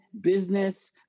business